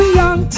young